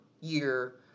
year